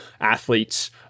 athletes